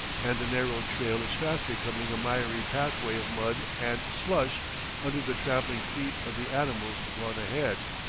and the narrow trail is fast becoming a miry pathway of mud and slush under the trampling feet of the animals gone ahead,